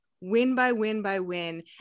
win-by-win-by-win